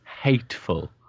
hateful